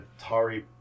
Atari